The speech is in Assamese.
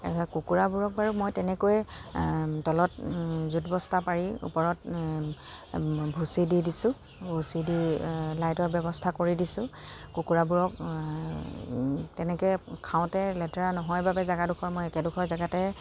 কুকুৰাবোৰক বাৰু মই তেনেকৈ তলত জোঁট বস্তা পাৰি ওপৰত ভুচি দি দিছোঁ ভুচি দি লাইটৰ ব্যৱস্থা কৰি দিছোঁ কুকুৰাবোৰক তেনেকৈ খাওঁতে লেতেৰা নহয় বাবে জেগাডোখৰ মই একেডোখৰ জেগাতে